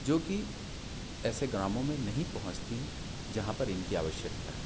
जोकि ऐसे ग्रामों में नहीं पहुँचती है जहाँ पर इनकी आवश्यकता है